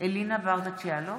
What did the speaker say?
אלינה ברדץ' יאלוב,